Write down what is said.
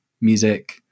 music